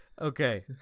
Okay